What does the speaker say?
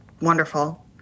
Wonderful